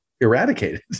eradicated